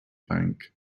bank